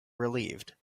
relieved